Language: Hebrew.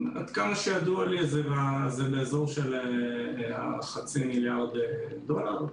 עד כמה שידוע לי, זה באזור החצי מיליארד דולר.